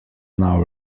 now